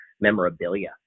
memorabilia